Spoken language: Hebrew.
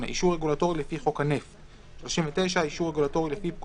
(38)אישור רגולטורי לפי חוק הנפט,